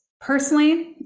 personally